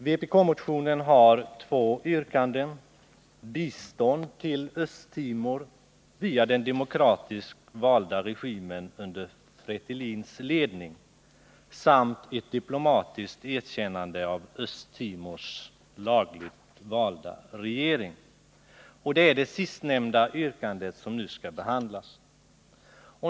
Vpk-motionen har två yrkanden: bistånd till Östtimor via den demokra tiskt valda regimen under Fretilins ledning samt ett diplomatiskt erkännande av Östtimors lagligt valda regering. Det är det sistnämnda yrkandet som nu skall behandlas.